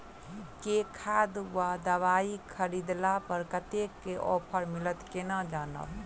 केँ खाद वा दवाई खरीदला पर कतेक केँ ऑफर मिलत केना जानब?